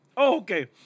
Okay